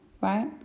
right